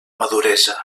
maduresa